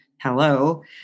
Hello